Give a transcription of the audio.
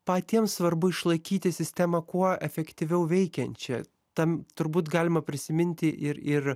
patiems svarbu išlaikyti sistemą kuo efektyviau veikiančią tam turbūt galima prisiminti ir ir